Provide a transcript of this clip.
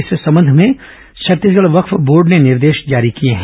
इस संबंध में छत्तीसगढ़ वक्फ बोर्ड ने निर्देश जारी किए हैं